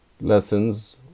lessons